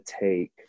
take